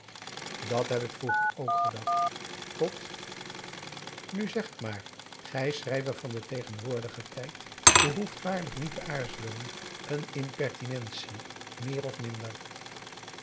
dat heb ik vroeger ook gedacht tot nu zeg het maar gij schrijver van den tegenwoordigen tijd behoeft waarlijk niet te aarzelen een impertinentie meer of minder